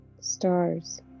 Stars